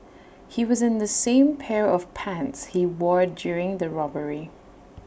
he was in the same pair of pants he wore during the robbery